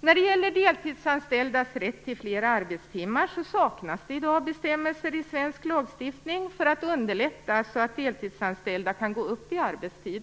När det gäller deltidsanställdas rätt till fler arbetstimmar saknas det i dag bestämmelser i svensk lagstiftning för att underlätta för deltidsanställda att gå upp i arbetstid.